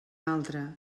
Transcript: altre